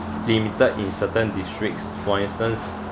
limited in certain districts for instance